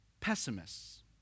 pessimists